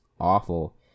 awful